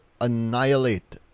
annihilate